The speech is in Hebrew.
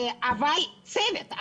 אבל אין צוות,